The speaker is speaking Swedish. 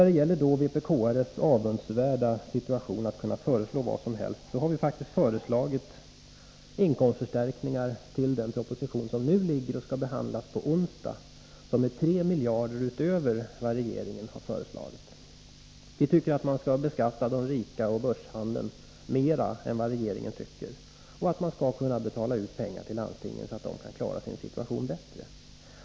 Då det gäller vpk:ares avundsvärda situation att kunna föreslå vad som helst har vi faktiskt i vårt förslag i anslutning till den proposition som riksdagen skall behandla på onsdag föreslagit inkomstförstärkningar på 3 miljarder kronor utöver vad regeringen har förordat. Vi anser att man skall beskatta de rika och börshandeln mer än vad regeringen vill göra och att man skall kunna betala ut pengar till landstingen så att de kan klara sin situation bättre.